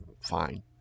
fine